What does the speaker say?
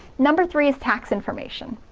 number three is tax information.